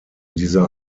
dieser